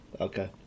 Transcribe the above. Okay